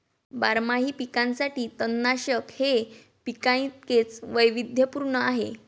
बारमाही पिकांसाठी तणनाशक हे पिकांइतकेच वैविध्यपूर्ण आहे